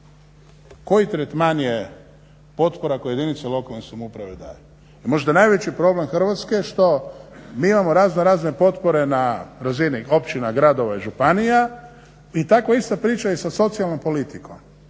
koji tretman je potpora koje jedinice lokalne samouprave daju? I možda najveći problem Hrvatske što mi imamo raznorazne potpore na razini općina, gradova i županija i tako je ista priča sa socijalnom politikom.